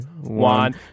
one